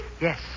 Yes